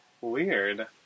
Weird